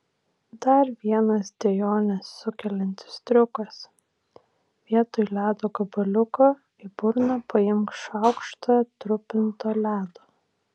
dar vienas dejones sukeliantis triukas vietoj ledo gabaliuko į burną paimk šaukštą trupinto ledo